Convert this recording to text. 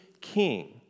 king